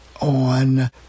on